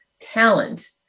talent